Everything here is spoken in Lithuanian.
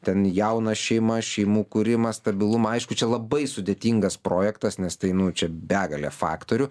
ten jaunas šeimas šeimų kūrimą stabilumą aišku čia labai sudėtingas projektas nes tai nu čia begalė faktorių